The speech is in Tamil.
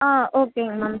ஆ ஓகேங்க மேம்